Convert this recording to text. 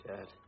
Dad